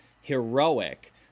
heroic